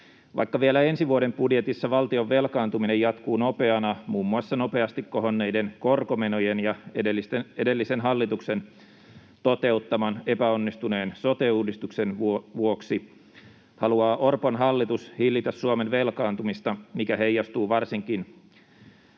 Vaikka vielä ensi vuoden budjetissa valtion velkaantuminen jatkuu nopeana muun muassa nopeasti kohonneiden korkomenojen ja edellisen hallituksen toteuttaman epäonnistuneen sote-uudistuksen vuoksi, haluaa Orpon hallitus hillitä Suomen velkaantumista, mikä heijastuu varsinkin